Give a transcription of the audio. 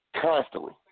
constantly